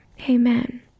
amen